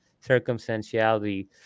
circumstantiality